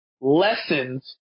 lessons